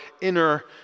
inner